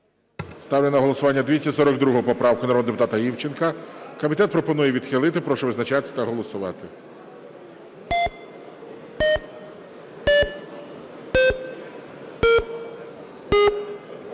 Ставлю на голосування 242 поправку, народного депутата Івченка. Комітет пропонує відхилити. Прошу визначатись та голосувати.